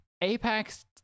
apex